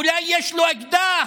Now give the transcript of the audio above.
אולי יש לו אקדח.